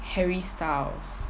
harry styles